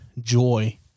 joy